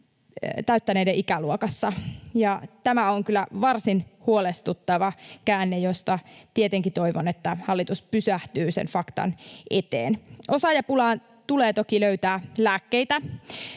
täyttäneiden ikäluokassa. Tämä on kyllä varsin huolestuttava käänne, josta tietenkin toivon, että hallitus pysähtyy sen faktan eteen. Osaajapulaan tulee toki löytää lääkkeitä.